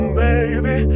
baby